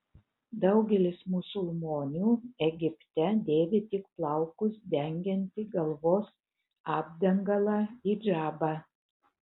daugelis musulmonių egipte dėvi tik plaukus dengiantį galvos apdangalą hidžabą